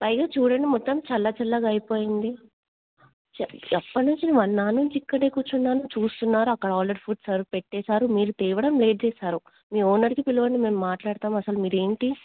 పైగా చూడండి మొత్తం చల్ల చల్లగా అయిపోయింది ఎప్పటి నుంచి నేను వన్ అవర్ నుంచి ఇక్కడే కూర్చున్నాను చూస్తున్నారు అక్కడ ఆల్రెడీ ఫుడ్ సర్వ్ పెట్టేశారు మీరు తేవడం లేట్ చేశారు మీ ఓనర్కి పిలవండి మేము మాట్లాడుతాం అసలు మీరు ఏమిటి